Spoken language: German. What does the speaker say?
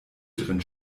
drin